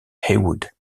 heywood